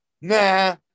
Nah